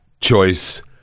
choice